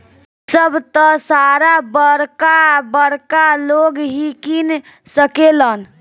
इ सभ त सारा बरका बरका लोग ही किन सकेलन